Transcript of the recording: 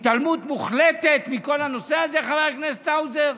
התעלמות מוחלטת מכל הנושא הזה, חבר הכנסת האוזר,